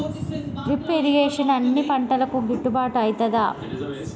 Drip irrigation అన్ని పంటలకు గిట్టుబాటు ఐతదా?